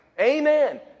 Amen